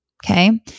Okay